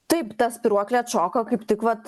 taip ta spyruoklė atšoko kaip tik vat